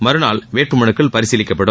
மறுநாள் வேட்பு மனுக்கள் பரிசீலிக்கப்படும்